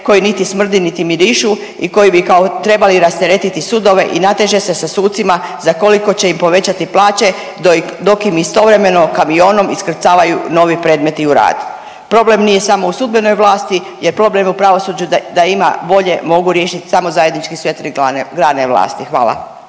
koji niti smrdi, niti mirišu i koji bi kao trebali rasteretiti sudove i nateže se sa sucima za koliko će im povećati plaće dok im istovremeno kamionom iskrcavaju novi premeti u rad. Problem nije samo u sudbenoj vlasti, je problem u pravosuđu da, da ima volje mogu riješit samo zajednički sve tri zajedničke grane vlasti, hvala.